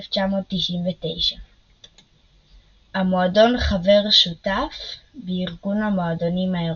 1998/1999. המועדון חבר שותף בארגון המועדונים האירופיים.